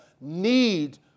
need